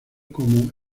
como